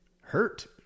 hurt